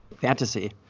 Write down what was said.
fantasy